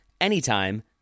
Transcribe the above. anytime